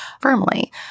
firmly